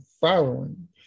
following